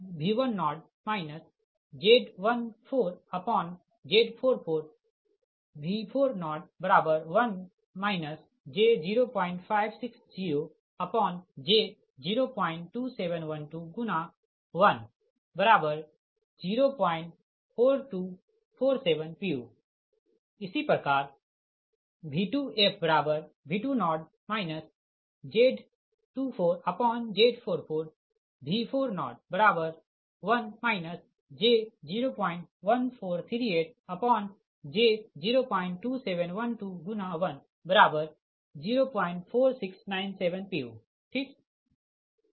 तो V1fV10 Z14Z44V4010 j01560j02712×1004247 pu इसी प्रकार V2fV20 Z24Z44V4010 j01438j02712×1004697 pu ठीक